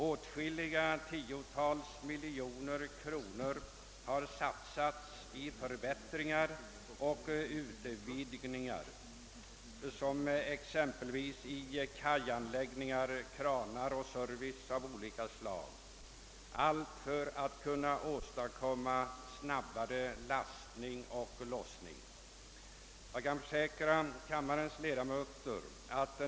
Åtskilliga tiotal miljoner kronor har satsats på förbättringar och utvidgningar, exempelvis kajanläggningar, kranar och serviceanordningar av olika slag, för att åstadkomma snabbare lastning och lossning.